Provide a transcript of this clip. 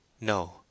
No